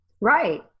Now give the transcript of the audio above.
Right